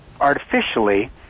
artificially